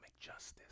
justice